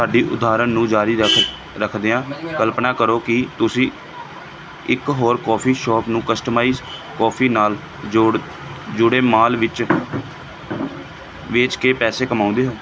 ਸਾਡੀ ਉਦਾਹਰਣ ਨੂੰ ਜਾਰੀ ਰੱਖ ਰੱਖਦਿਆਂ ਕਲਪਨਾ ਕਰੋ ਕਿ ਤੁਸੀਂ ਇੱਕ ਹੋਰ ਕੌਫੀ ਸ਼ਾਪ ਨੂੰ ਕਸਟਮਾਈਜ਼ਡ ਕੌਫੀ ਨਾਲ ਜੋੜ ਜੁੜੇ ਮਾਲ ਵਿੱਚ ਵੇਚ ਕੇ ਪੈਸੇ ਕਮਾਉਂਦੇ ਹੋ